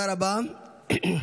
תודה רבה.